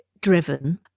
driven